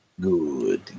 Good